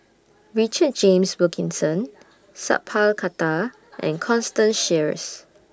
Richard James Wilkinson Sat Pal Khattar and Constance Sheares